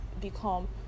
become